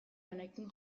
honekin